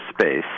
Space